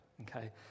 okay